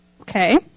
okay